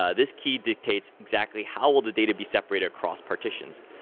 ah this key dictates exactly how will the data be separated across partitions.